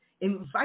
invite